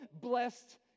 blessed